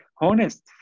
honest